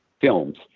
films